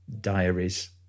Diaries